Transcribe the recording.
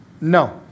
No